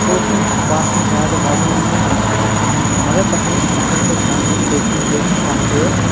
سُہ اوس نہٕ باسان زیادٕ وَزَن اوس نہٕ تَتھ کِہیٖنۍ تہِ مگر تَتھ اوس یُس زَنہٕ تَتھ دَن اوس پٔتۍ کِنۍ کٔرِتھ تھپھ ٲسۍ